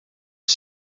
are